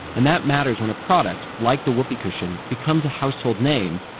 and that matters when a product, like the whoopee cushion, becomes a household name,